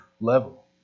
level